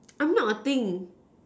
I'm not a thing